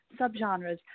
subgenres